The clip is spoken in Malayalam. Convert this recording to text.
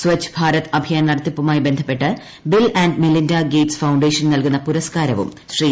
സച്ഛ് ഭാരത് അഭിയാൻ നടത്തിപ്പുമായി ബന്ധപ്പെട്ട് ബിൽ മെലിന്റ ഗേറ്റ്സ് ഫൌണ്ടേഷൻ നൽകുന്ന പുരസ്കാരവും ശ്രീ